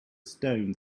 stone